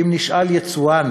אם נשאל יצואן